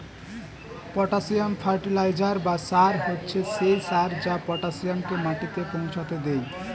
potassium fertiliser বা সার হচ্ছে সেই সার যা পটাসিয়ামকে মাটিতে পৌঁছাতে দেয়